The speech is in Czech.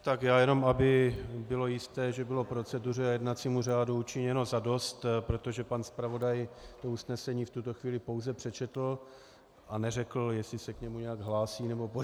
Tak já jenom aby bylo jisté, že bylo proceduře a jednacímu řádu učiněno zadost, protože pan zpravodaj to usnesení v tuto chvíli pouze přečetl a neřekl, jestli se k němu nějak hlásí nebo podobně.